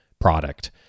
product